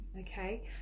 okay